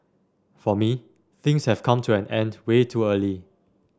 for me things have come to an end way too early